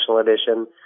Edition